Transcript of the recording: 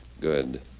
Good